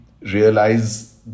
realize